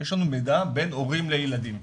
יש לנו מידע בין הורים לילדים.